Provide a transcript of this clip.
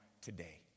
today